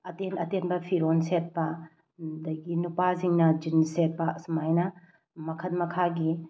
ꯑꯇꯦꯟ ꯑꯇꯦꯟꯕ ꯐꯤꯔꯣꯜ ꯁꯦꯠꯄ ꯑꯗꯒꯤ ꯅꯨꯄꯥꯁꯤꯡꯅ ꯖꯤꯟꯁ ꯁꯦꯠꯄ ꯁꯨꯃꯥꯏꯅ ꯃꯈꯟ ꯃꯈꯥꯒꯤ